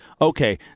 Okay